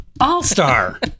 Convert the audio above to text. All-star